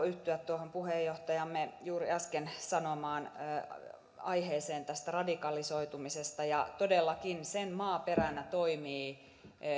yhtyä tuohon puheenjohtajamme juuri äsken sanomaan aiheeseen tästä radikalisoitumisesta todellakin sen maaperänä toimii